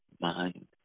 mind